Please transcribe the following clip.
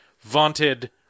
vaunted